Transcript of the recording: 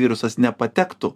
virusas nepatektų